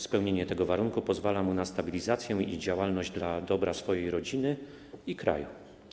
Spełnienie tego warunku pozwala mu na stabilizację i działalność dla dobra swojej rodziny i kraju.